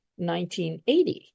1980